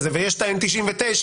ויש את ה-N99,